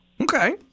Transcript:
okay